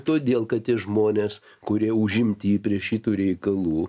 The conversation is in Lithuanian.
todėl kad tie žmonės kurie užimti prie šitų reikalų